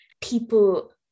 people